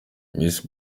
miss